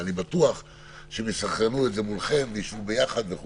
ואני בטוח שהם יסנכרנו את זה מולכם ולא